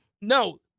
No